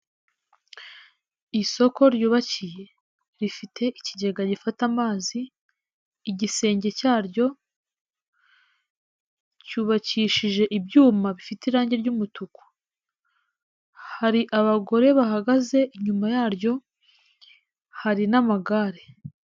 Isoko ryubakiye rifite ikigega gifata amazi, igisenge cyaryo cyubakishije ibyuma bifite irangi ry'umutuku, hari abagore bahagaze inyuma yaryo, hari n'amagare.